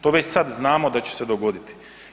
To već sad znamo da će se dogoditi.